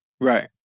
Right